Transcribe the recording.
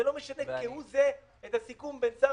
זה לא משנה כהוא זה את הסיכום בין שר